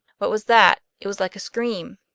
what was that? it was like a scream.